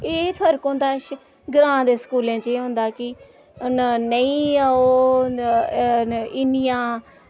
एह् फर्क होंदा श ग्रां दे स्कूलें च एह् होंदा कि हून नेईं ओह् न इन्नियां